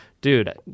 dude